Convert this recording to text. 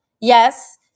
Yes